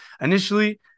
initially